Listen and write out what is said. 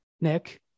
Nick